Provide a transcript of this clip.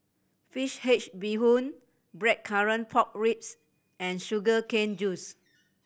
fish bee hoon Blackcurrant Pork Ribs and sugar cane juice